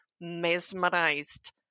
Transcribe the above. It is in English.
mesmerized